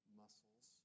muscles